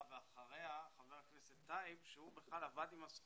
ואחריה את חבר הכנסת טייב שלמיטה ידיעתי